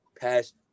past